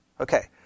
Okay